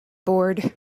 board